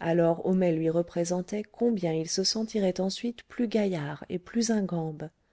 alors homais lui représentait combien il se sentirait ensuite plus gaillard et plus ingambe